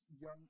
young